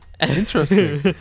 Interesting